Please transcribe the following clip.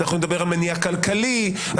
מניע כלכלי,